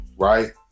Right